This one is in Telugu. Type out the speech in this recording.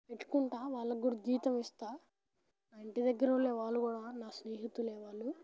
పెట్టుకుంటాను వాళ్ళకి కూడా జీతం ఇస్తాను మా ఇంటి దగ్గరకి ఉన్న వాళ్ళే వాళ్ళు కూడా నా స్నేహితులు వాళ్ళు